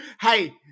hey